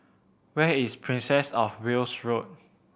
where is Princess Of Wales Road